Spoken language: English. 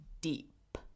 deep